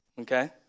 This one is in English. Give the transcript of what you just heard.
Okay